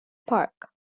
park